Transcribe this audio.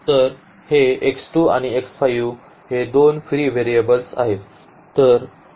तर हे आणि हे दोन फ्री व्हेरिएबल्स आहेत